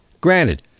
granted